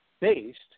based